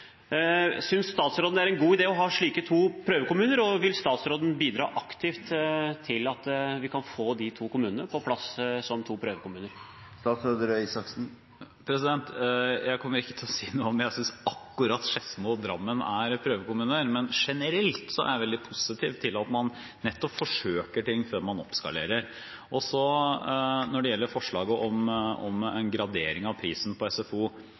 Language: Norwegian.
statsråden det er en god idé å ha to slike prøvekommuner, og vil statsråden bidra aktivt til at de to kommunene kommer på plass som prøvekommuner? Jeg kommer ikke til så si noe om hvorvidt jeg synes at akkurat Skedsmo og Drammen skal være prøvekommuner, men jeg er generelt veldig positiv til at man nettopp forsøker ting før man oppskalerer. Når det gjelder forslaget om gradering av prisen på SFO,